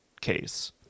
case